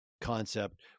concept